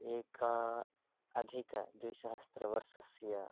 एक अधिकद्विसहस्रवर्सस्य